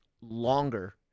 longer